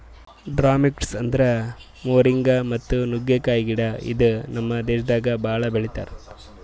drumsticks ಅಂದುರ್ moringa ಮತ್ತ ನುಗ್ಗೆಕಾಯಿ ಗಿಡ ಇದು ನಮ್ ದೇಶದಾಗ್ ಭಾಳ ಬೆಳಿತಾರ್